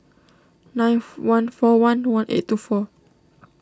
nine one four one one eight two four